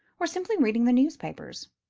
or simply reading the newspapers.